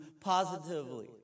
positively